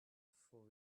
for